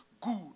good